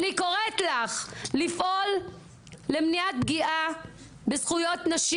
אני קוראת לך לפעול למניעת פגיעה בנשים,